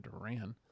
Duran